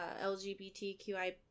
LGBTQI+